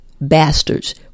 bastards